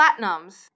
Platinums